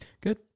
Good